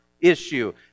issue